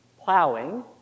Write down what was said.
plowing